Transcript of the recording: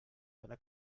einer